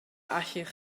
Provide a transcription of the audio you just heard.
allwch